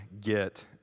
get